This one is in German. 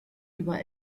über